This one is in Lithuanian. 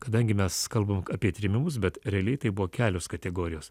kadangi mes kalbam apie trėmimus bet realiai tai buvo kelios kategorijos